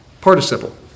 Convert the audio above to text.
participle